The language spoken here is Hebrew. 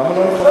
למה לא נכון?